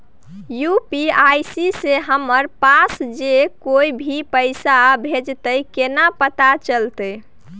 UPI से हमरा पास जे कोय भी पैसा भेजतय केना पता चलते?